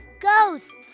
ghosts